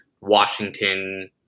Washington